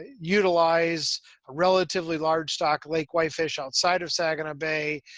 utilize a relatively large stock lake whitefish outside of saginaw bay,